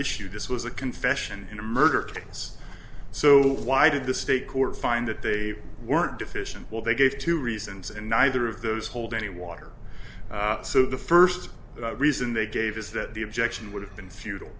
issue this was a confession in a murder case so why did the state court find that they weren't deficient well they gave two reasons and neither of those hold any water so the first reason they gave is that the objection would have been futile